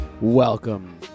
Welcome